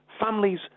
families